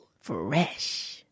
Fresh